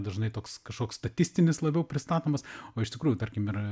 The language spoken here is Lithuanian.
dažnai toks kažkoks statistinis labiau pristatomas o iš tikrųjų tarkim ir